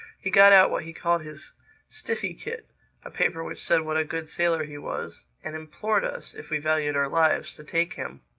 he got out what he called his stiffikit a paper which said what a good sailor he was and implored us, if we valued our lives, to take him.